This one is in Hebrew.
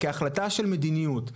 כהחלטה של מדיניות,